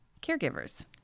caregivers